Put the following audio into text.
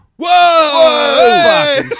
Whoa